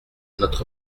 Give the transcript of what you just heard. notre